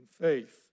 faith